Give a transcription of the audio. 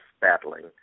battling